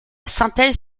synthèse